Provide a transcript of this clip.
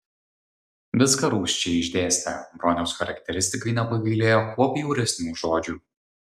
viską rūsčiai išdėstė broniaus charakteristikai nepagailėjo kuo bjauresnių žodžių